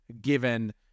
given